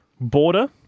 Border